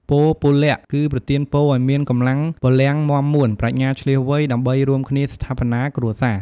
ពរពលៈ គឺប្រទានពរឲ្យមានកម្លាំងពលំមាំមួន ប្រាជ្ញាឈ្លាសវៃ ដើម្បីរួមគ្នាស្ថាបនាគ្រួសារ។